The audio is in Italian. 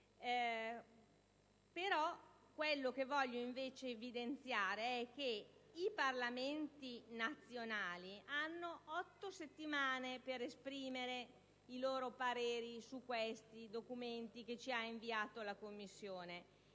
Ciò che mi preme però evidenziare è che i Parlamenti nazionali hanno otto settimane per esprimere i loro pareri su questi documenti che ci ha inviato la Commissione